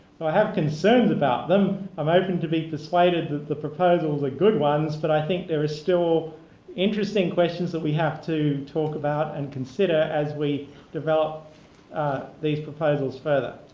so i have concerns about them. i'm hoping to be persuaded that the proposals are good ones, but i think there are still interesting questions that we have to talk about and consider as we develop these proposals further.